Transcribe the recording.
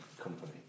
company